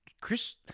Chris